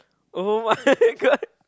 [oh]-my-god